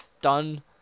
done